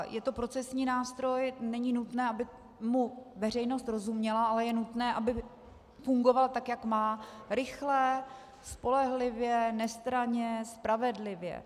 Je to procesní nástroj, není nutné, aby mu veřejnost rozuměla, ale je nutné, aby fungoval tak, jak má rychle, spolehlivě, nestranně, spravedlivě.